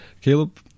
Caleb